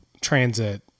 transit